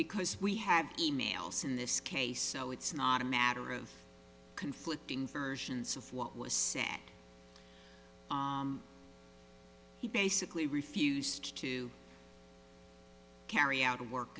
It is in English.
because we have e mails in this case so it's not a matter of conflicting versions of what was said that he basically refused to carry out a work